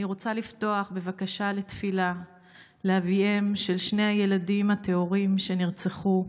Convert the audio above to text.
אני רוצה לפתוח בבקשה לתפילה לאביהם של שני הילדים הטהורים שנרצחו,